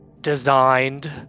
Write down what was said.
designed